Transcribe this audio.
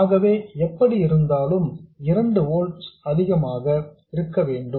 ஆகவே எப்படி இருந்தாலும் 2 வோல்ட்க்கு அதிகமாக இருக்க வேண்டும்